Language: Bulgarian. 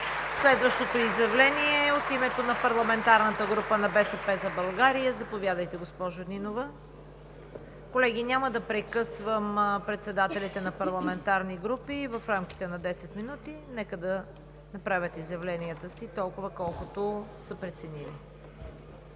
Следващото изявление е от името на парламентарната група на „БСП за България“. Колеги, няма да прекъсвам председателите на парламентарни групи – в рамките на десет минути, нека да направят изявленията си – толкова, колкото са преценили.